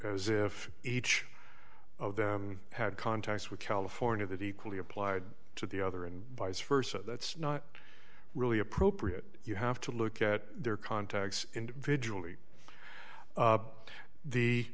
as if each of them had contacts with california that equally applied to the other and vice versa that's not really appropriate you have to look at their contacts individually